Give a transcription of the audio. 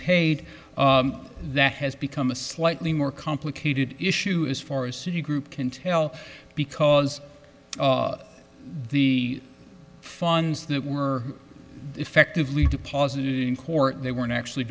paid that has become a slightly more complicated issue as far as citi group can tell because the funds that were effectively deposited in court they weren't actually